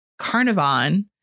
Carnivon